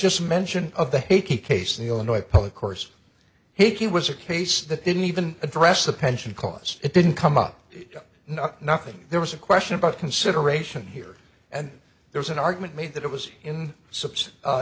just mention of the haiti case in illinois public course he was a case that didn't even address the pension cause it didn't come up nothing there was a question about consideration here and there was an argument made that it was in